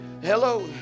Hello